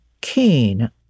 keen